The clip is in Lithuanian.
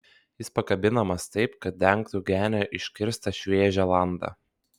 jis pakabinamas taip kad dengtų genio iškirstą šviežią landą